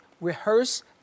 rehearse